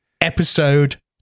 Episode